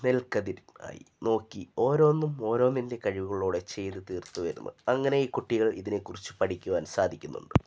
നെൽക്കതിർ ആയി നോക്കി ഓരോന്നും ഓരോന്നിൻ്റെ കഴിവുകളോടെ ചെയ്തു തീർത്തു വരുന്നു അങ്ങനെ ഈ കുട്ടികൾ ഇതിനെക്കുറിച്ച് പഠിക്കുവാൻ സാധിക്കുന്നുണ്ട്